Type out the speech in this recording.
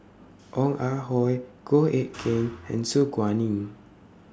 Ong Ah Hoi Goh Eck Kheng and Su Guaning